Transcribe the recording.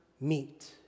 meet